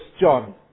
John